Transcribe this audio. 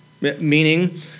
meaning